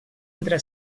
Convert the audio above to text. entre